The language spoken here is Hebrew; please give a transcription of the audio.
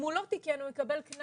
אם הוא לא תיקן הוא יקבל קנס.